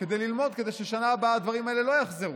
כדי ללמוד, כדי שבשנה הבאה הדברים האלה לא יחזרו.